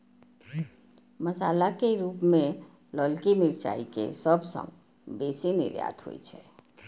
मसाला के रूप मे ललकी मिरचाइ के सबसं बेसी निर्यात होइ छै